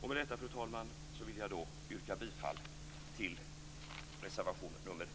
Med detta, fru talman, yrkar jag bifall till reservation 1.